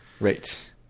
Right